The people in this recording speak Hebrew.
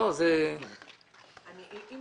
איגוד הבנקים.